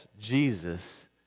Jesus